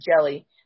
jelly